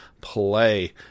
Play